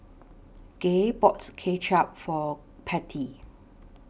Gay bought Kuay Chap For Patty